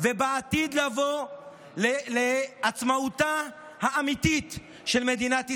ובעתיד לבוא לעצמאותה האמיתית של מדינת ישראל.